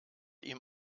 ihm